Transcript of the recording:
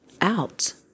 out